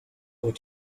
what